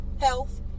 health